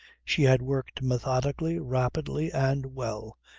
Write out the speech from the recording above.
she had worked methodically, rapidly, and well,